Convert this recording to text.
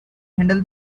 handle